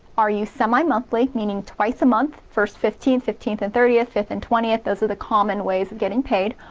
are you semi-monthly? meaning twice a month first, fifteenth, fifteenth and thirtieth, fifth and twentieth those are the common way of getting paid,